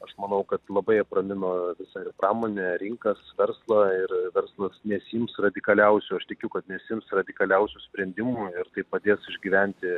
aš manau kad labai apramino visą ir pramonę ir rinkas verslą ir verslas nesiims radikaliausių aš tikiu kad nesiims radikaliausių sprendimų ir padėti išgyventi